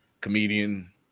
comedian